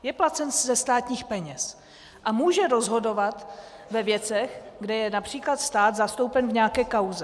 Je placen ze státních peněz a může rozhodovat ve věcech, kde je například stát zastoupen v nějaké kauze.